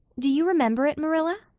do you remember it, marilla?